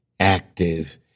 Active